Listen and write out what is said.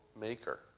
maker